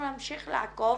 אנחנו נמשיך לעקוב,